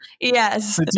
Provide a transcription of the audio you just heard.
Yes